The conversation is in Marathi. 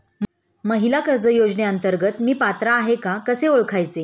महिला कर्ज योजनेअंतर्गत मी पात्र आहे का कसे ओळखायचे?